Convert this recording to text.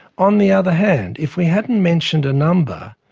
on the other hand, if we hadn't mentioned a number,